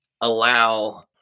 allow